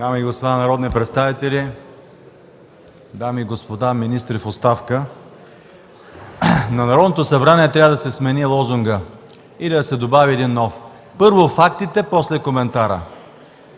Дами и господа народни представители, дами и господа министри в оставка! На Народното събрание трябва да се смени лозунгът, или да се добави един нов: „Първо фактите, после коментара!”